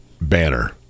banner